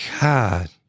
God